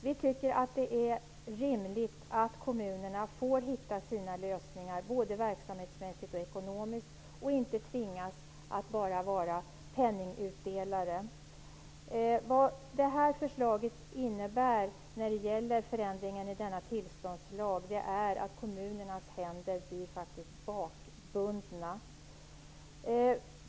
Vi tycker att det är rimligt att kommunerna får hitta sina lösningar, både verksamhetsmässigt och ekonomiskt, och inte tvingas att bara vara penningutdelare. Förslaget om förändringen i denna tillståndslag innebär att kommunernas händer faktiskt blir bakbundna.